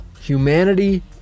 humanity